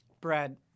Brad